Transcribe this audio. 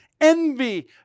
envy